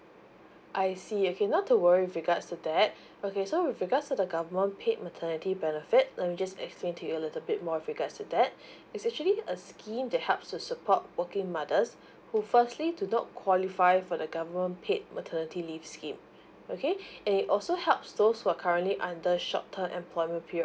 I see okay not to worry with regards to that okay so with regards to the government paid maternity benefit let me just explain to you a little bit more of with regards to that it's actually a scheme that helps to support working mothers who firstly do not qualify for the government paid maternity leave scheme okay it also helps those who are currently under short term employment period